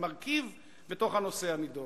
על מרכיב בתוך הנושא הנדון?